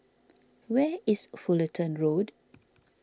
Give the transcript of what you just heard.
where is Fullerton Road